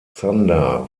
zander